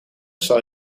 zal